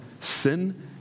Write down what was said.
sin